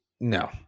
No